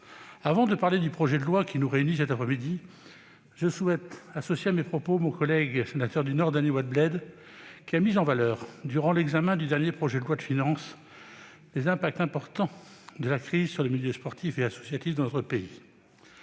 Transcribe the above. Avant d'évoquer le projet de loi qui nous réunit cet après-midi, je souhaite associer à mes propos mon collègue sénateur du Nord, Dany Wattebled, qui a mis en valeur durant l'examen du dernier projet de loi de finances les impacts importants de la crise sur le milieu sportif et associatif dans notre pays.